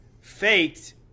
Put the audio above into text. faked